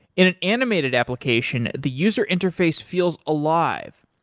in an animated application, the user interface feels alive.